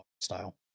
style